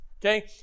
Okay